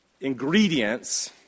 ingredients